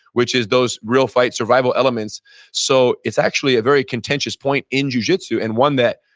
which is those real fights, survival elements so it's actually a very contentious point in jujitsu and one that,